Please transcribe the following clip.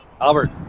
Albert